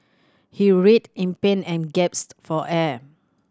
he writhed in pain and for air